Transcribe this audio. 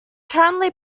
currently